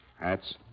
hats